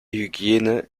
hygiene